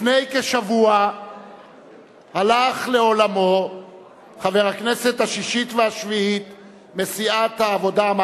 לפני כשבוע הלך לעולמו חבר הכנסת השישית והשביעית מסיעת העבודה,